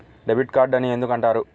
Debit card అని ఎందుకు అంటారు?